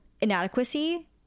inadequacy